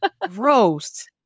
Gross